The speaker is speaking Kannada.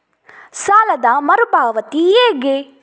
ಸಾಲದ ಮರು ಪಾವತಿ ಹೇಗೆ?